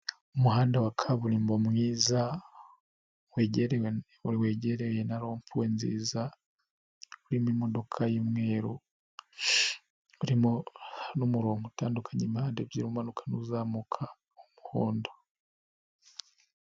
Umuhanda wa kaburimbo mwiza, wegereye na ropuwe nziza, urimo imodoka y'umweru, urimo n'umurongo utandukanya impande ebyiri umanuka n'uzamuka w'umuhondo.